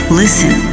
listen